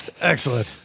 Excellent